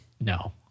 no